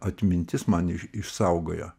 atmintis man išsaugojo